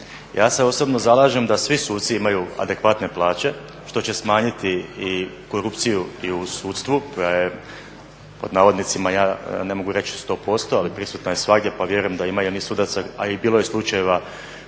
ja se osobno zalažem da svi suci imaju adekvatne plaće što će smanjiti korupciju koja je u sudstvu koja je ja "ne mogu reći 100%" ali prisutna je svagdje pa vjerujem da ima i onih sudaca, a bilo je slučajeva